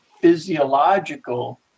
physiological